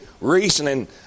reasoning